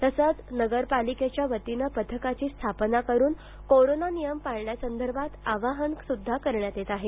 तसंच नगरपालिकेच्या वतीनं पथकाची स्थापना करून कोरोना नियम पाळण्यासंदर्भात आवाहनही करण्यात येत आहे